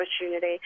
opportunity